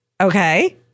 Okay